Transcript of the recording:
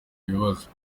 bibazo